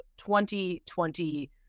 2020